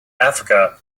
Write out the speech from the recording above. africa